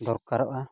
ᱫᱚᱨᱠᱟᱨᱚᱜᱼᱟ